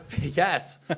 yes